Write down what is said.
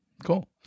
Cool